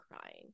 crying